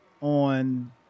on